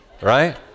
right